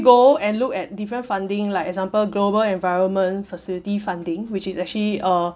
go and look at different funding like example global environment facility funding which is actually uh